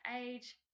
age